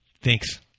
Thanks